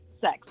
sex